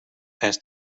asked